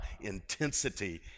intensity